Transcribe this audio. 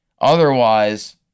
Otherwise